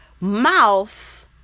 Mouth